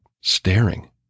staring